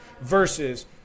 versus